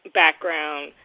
background